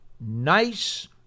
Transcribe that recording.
nice